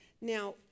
Now